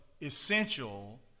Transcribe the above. essential